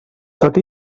tot